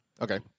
Okay